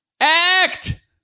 Act